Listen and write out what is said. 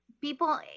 people